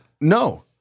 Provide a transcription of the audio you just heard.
no